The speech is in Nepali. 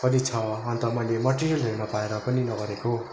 पनि छ अन्त मैले मेटेरियलहरू नपाएर पनि नगरेको